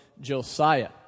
Josiah